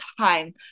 time